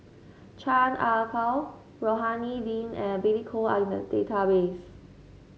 Chan Ah Kow Rohani Din and Billy Koh are in the database